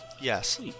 Yes